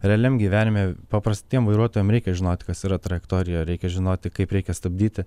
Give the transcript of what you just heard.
realiam gyvenime paprastiem vairuotojam reikia žinot kas yra trajektorija reikia žinoti kaip reikia stabdyti